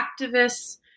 activists